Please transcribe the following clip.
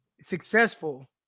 successful